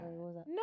No